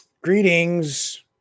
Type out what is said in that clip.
Greetings